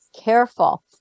careful